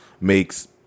makes